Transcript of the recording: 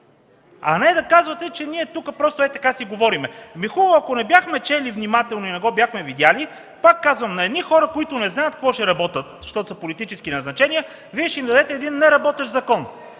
а не да казвате, че ние тук, просто ей така, си говорим. Ами, хубаво! Ако не бяхме чели внимателно и не го бяхме видели, пак казвам, на едни хора, които не знаят какво ще работят, защото са политически назначени, Вие ще им дадете един неработещ закон.